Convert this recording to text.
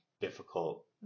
difficult